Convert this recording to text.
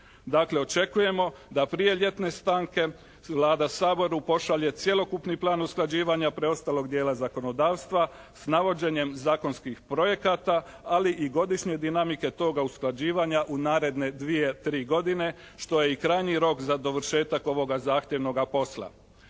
Dakle očekujemo a prije ljetne stanke Vlada Saboru pošalje cjelokupni plan usklađivanja preostalog dijela zakonodavstva s navođenjem zakonskih projekata ali i godišnje dinamike toga usklađivanja u naredne dvije, tri godine što je i krajnji rok za dovršetak ovoga zahtjevnoga posla.